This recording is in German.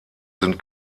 sind